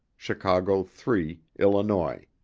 chicago three, illinois.